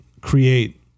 create